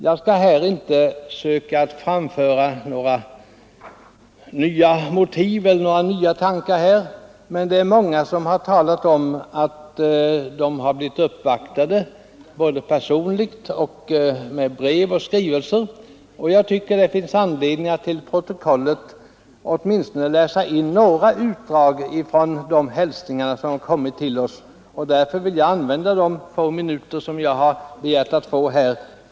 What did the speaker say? Jag skall inte här söka framföra några nya motiv eller tankar, men många har talat om att de har blivit uppvaktade både med personliga besök och med brev och skrivelser, och därför tycker jag att det finns anledning att använda några av de få minuter jag har begärt för att till protokollet läsa in några utdrag ur de hälsningar som kommit till oss.